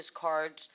cards